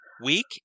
week